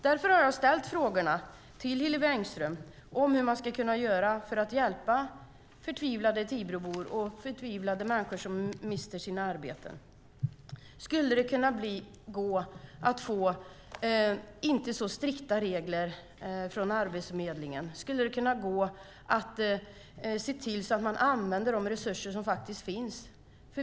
Därför har jag ställt frågor till Hillevi Engström om hur man ska kunna göra för att hjälpa förtvivlade Tibrobor och människor som mister sina arbeten. Skulle det kunna gå att ha mindre strikta regler för Arbetsförmedlingen? Skulle det kunna gå att se till att man använder de resurser som faktiskt finns?